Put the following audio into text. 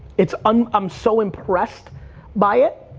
it's, i'm um so impressed by it.